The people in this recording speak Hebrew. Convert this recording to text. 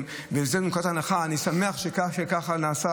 אבל אני לא רוצה להגיע לסטטוס קוו.